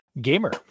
Gamer